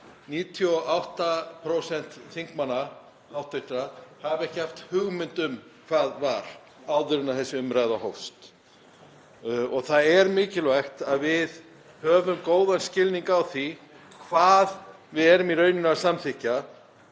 hv. þingmanna hafi ekki haft hugmynd um hvað var áður en þessi umræða hófst. Það er mikilvægt að við höfum góðan skilning á því hvað við erum í rauninni að samþykkja,